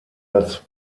das